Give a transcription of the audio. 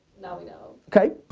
now we know. okay.